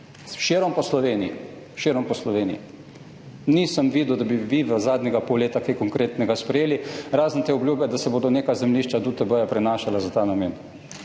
Širom po Sloveniji. Nisem videl, da bi vi v zadnjega pol leta kaj konkretnega sprejeli, razen te obljube, da se bodo neka zemljišča DUTB prenašala za ta namen.